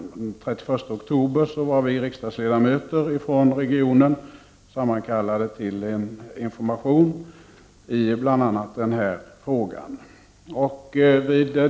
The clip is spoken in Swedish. Den 31 oktober var vi riksdagsledamöter från regionen sammankallade till en information i bl.a. denna fråga.